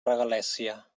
regalèssia